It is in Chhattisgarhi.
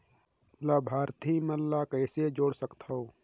लाभार्थी मन ल कइसे जोड़ सकथव?